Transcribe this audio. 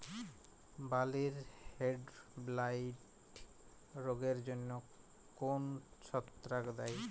বার্লির হেডব্লাইট রোগের জন্য কোন ছত্রাক দায়ী?